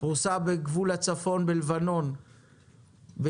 בגבול הצפון בלבנון,